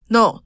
No